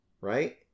right